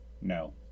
No